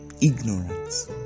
Ignorance